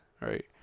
Right